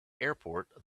airport